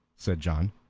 said john.